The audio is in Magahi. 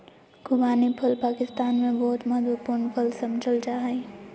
खुबानी फल पाकिस्तान में बहुत महत्वपूर्ण फल समझल जा हइ